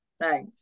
thanks